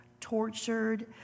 tortured